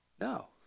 No